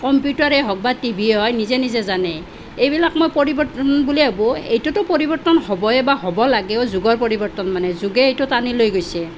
কম্পিউটাৰে হওক বা টিভিয়েই হয় নিজে নিজে জানে এইবিলাক মই পৰিৱৰ্তন বুলিয়েই ভাবোঁ এইটোতো পৰিৱৰ্তন হ'বই বা হ'ব লাগেও যুগৰ পৰিৱৰ্তন মানে যুগেই এইটো টানি লৈ গৈছে